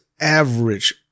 average